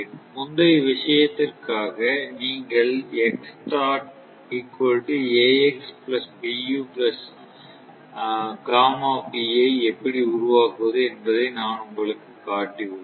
முந்தைய விஷயத்திற்காக நீங்கள் ஐ எப்படி உருவாக்குவது என்பதை நான் உங்களுக்குக் காட்டியுள்ளேன்